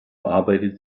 arbeitet